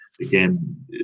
Again